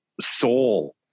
soul